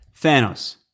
Thanos